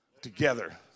together